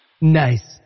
Nice